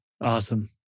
Awesome